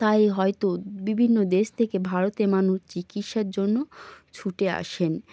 তাই হয়তো বিভিন্ন দেশ থেকে ভারতে মানুষ চিকিৎসার জন্য ছুটে আসেন